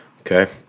Okay